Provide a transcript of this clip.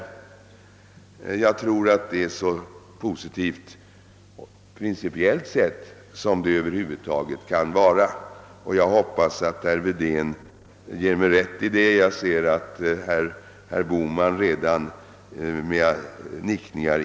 Jag tror att det uttalandet princi Piellt sett är så positivt som det över huvud taget kan vara. Jag hoppas att herr Wedén ger mig rätt i det. Jag ser att herr Bohman redan instämmer med nickningar.